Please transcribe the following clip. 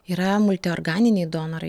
yra multiorganiniai donorai